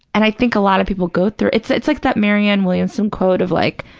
and i think a lot of people go through, it's it's like that marianne williamson quote of like,